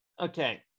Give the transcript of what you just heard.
okay